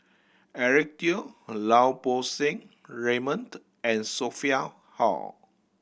Eric Teo Lau Poo Seng Raymond and Sophia Hull